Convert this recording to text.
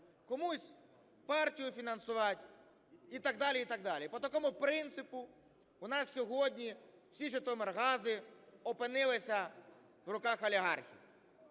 комусь – партію фінансувати і так далі, і так далі. По такому принципу у нас сьогодні всі "житомиргази" опинилися в руках олігархів.